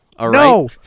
No